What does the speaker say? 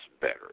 better